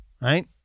right